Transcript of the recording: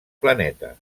planeta